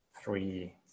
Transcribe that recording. three